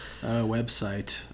website